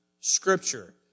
Scripture